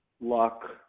Luck